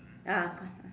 ah